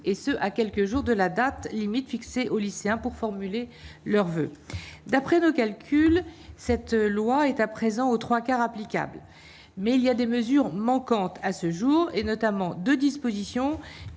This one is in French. et ce, à quelques jours de la date limite fixée aux lycéens pour formuler leurs voeux d'après nos calculs, cette loi est à présent aux 3 applicable, mais il y a des mesures manquante à ce jour, et notamment de dispositions